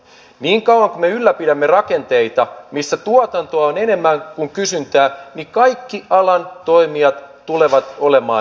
niin kauan kuin me ylläpidämme rakenteita missä tuotantoa on enemmän kuin kysyntää kaikki alan toimijat tulevat olemaan ahtaalla